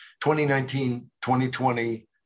2019-2020